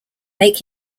make